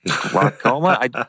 glaucoma